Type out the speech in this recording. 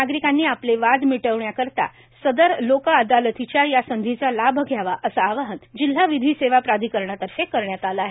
नागरिकांनी आपले वाद मिटवण्यात करिता सदर लोक अदालतीच्या या संधीचा लाभ घ्यावा असे आवाहन जिल्हा विधी सेवा प्राधिकरणा तर्फे करण्यात आल आहे